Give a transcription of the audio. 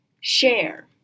share